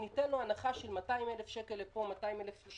אם ניתן לו הנחה של 200,000 שקל לפה או לשם